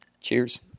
cheers